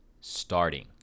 Starting